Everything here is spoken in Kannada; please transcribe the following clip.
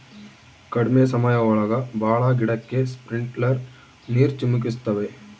ಕಡ್ಮೆ ಸಮಯ ಒಳಗ ಭಾಳ ಗಿಡಕ್ಕೆ ಸ್ಪ್ರಿಂಕ್ಲರ್ ನೀರ್ ಚಿಮುಕಿಸ್ತವೆ